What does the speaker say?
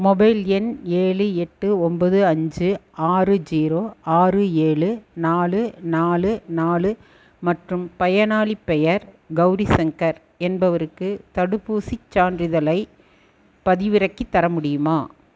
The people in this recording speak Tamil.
மொபைல் எண் ஏழு எட்டு ஒன்பது அஞ்சு ஆறு ஜீரோ ஆறு ஏழு நாலு நாலு நாலு மற்றும் பயனாளிப் பெயர் கௌரி சங்கர் என்பவருக்கு தடுப்பூசிச் சான்றிதழைப் பதிவிறக்கித் தர முடியுமா